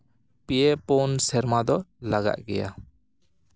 ᱯᱮ ᱯᱩᱱ ᱥᱮᱨᱢᱟ ᱫᱚ ᱞᱟᱜᱟᱜ ᱜᱮᱭᱟ